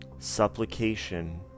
supplication